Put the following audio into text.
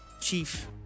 chief